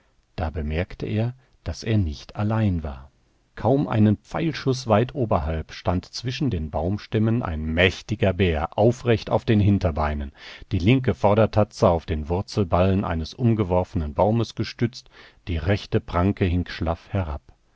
da bemerkte er daß er nicht allein war kaum einen pfeilschuß weit oberhalb stand zwischen den baumstämmen ein mächtiger bär aufrecht auf den hinterbeinen die linke vordertatze auf den wurzelballen eines umgeworfenen baumes gestützt die rechte pranke hing schlaff herab